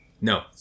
No